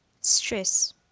stress